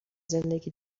زندگی